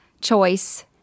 choice